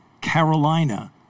Carolina